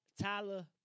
Tyler